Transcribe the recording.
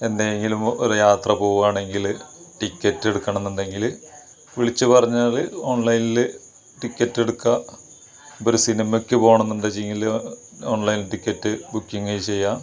എന്തെങ്കിലും ഒരു യാത്ര പോകുകയാണെങ്കില് ടിക്കറ്റ് എടുക്കണം എന്നുണ്ടെങ്കില് വിളിച്ചു പറഞ്ഞാല് ഓണ്ലൈനില് ടിക്കറ്റ് എടുക്കാം ഇപ്പം ഒരു സിനിമക്ക് പോകണം എന്ന് വെച്ചെങ്കില് ഓണ്ലൈനില് ടിക്കറ്റ് ബുക്കിങ്ങ് ചെയ്യാം